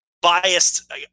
biased